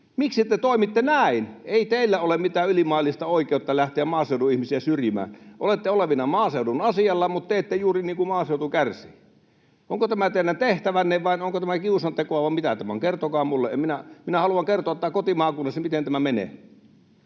Miksi te toimitte näin? Ei teillä ole mitään ylimaallista oikeutta lähteä maaseudun ihmisiä syrjimään. Olette olevinaan maaseudun asialla, mutta teette juuri niin kuin maaseutu kärsii. Onko tämä teidän tehtävänne vai onko tämä kiusantekoa vai mitä tämä on, kertokaa minulle. Minä haluan kertoa tämän kotimaakunnassani, miten tämä menee.